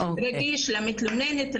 רגיש למתלוננת,